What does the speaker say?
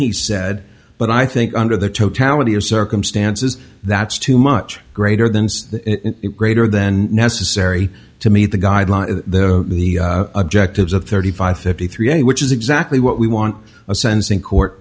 he said but i think under the totality of circumstances that's too much greater than greater than necessary to meet the guidelines the objectives of thirty five fifty three which is exactly what we want a sense in court